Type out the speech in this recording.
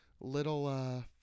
little